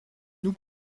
nous